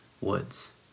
Woods